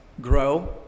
grow